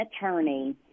attorney